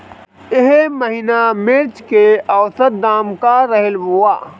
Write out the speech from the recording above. एह महीना मिर्चा के औसत दाम का रहल बा?